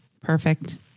Perfect